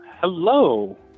hello